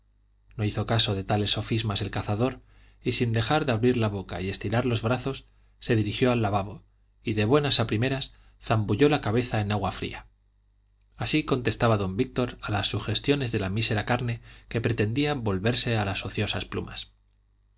no hizo caso de tales sofismas el cazador y sin dejar de abrir la boca y estirar los brazos se dirigió al lavabo y de buenas a primeras zambulló la cabeza en agua fría así contestaba don víctor a las sugestiones de la mísera carne que pretendía volverse a las ociosas plumas